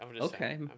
okay